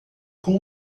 com